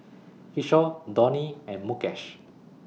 Kishore Dhoni and Mukesh